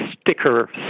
sticker